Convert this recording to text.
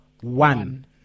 one